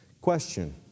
Question